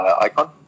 icon